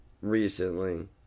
recently